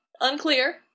unclear